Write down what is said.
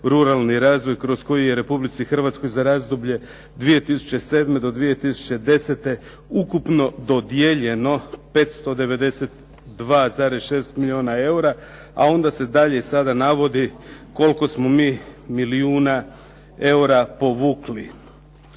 ruralni razvoj kroz koji je Republici Hrvatskoj za razdoblje 2007. do 2010. ukupno dodijeljeno 592,6 milijuna eura. A onda se dalje sada navodi koliko smo mi milijuna eura povukli.